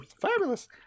Fabulous